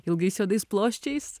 ilgais juodais ploščiais